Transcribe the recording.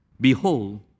Behold